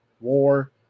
war